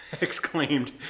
exclaimed